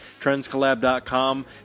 TrendsCollab.com